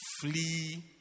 flee